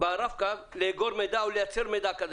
הסים לאגור מידע ולייצר מידע כזה.